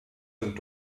sind